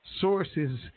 sources